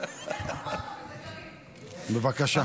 בבקשה.